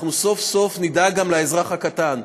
אנחנו סוף-סוף נדאג גם לאזרח הקטן,